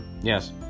Yes